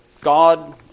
God